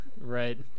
Right